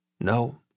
No